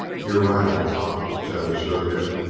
you're right, old top! chet assured him,